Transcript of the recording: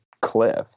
cliff